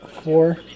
four